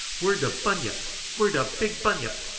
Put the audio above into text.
where de bunyip where de big bunyip?